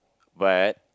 but